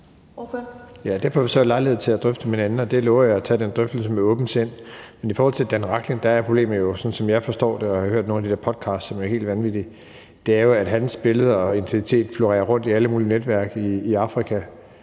Det får vi så lejlighed til at drøfte med hinanden, og jeg lover at tage den drøftelse med åbent sind. Men i forhold til Dan Rachlin er problemet jo, som jeg forstår det – jeg har hørt nogle af de der podcasts, som jo er helt vanvittige – at hans billeder og identitet florerer rundt i alle mulige netværk i Afrika,